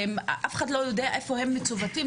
ואף אחד לא יודע איפה הם מצוותים,